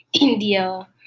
India